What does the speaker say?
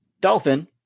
dolphin